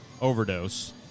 overdose